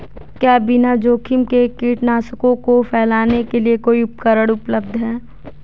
क्या बिना जोखिम के कीटनाशकों को फैलाने के लिए कोई उपकरण उपलब्ध है?